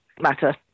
matter